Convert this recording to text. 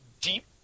deep